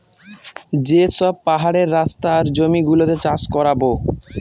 যে সব পাহাড়ের রাস্তা আর জমি গুলোতে চাষ করাবো